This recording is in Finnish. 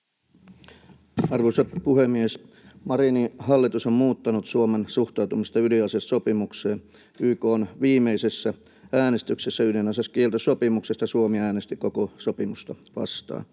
Arvoisa puhemies! Marinin hallitus on muuttanut Suomen suhtautumista ydinasesopimukseen. YK:n viimeisessä äänestyksessä ydinasekieltosopimuksesta Suomi äänesti koko sopimusta vastaan.